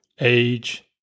age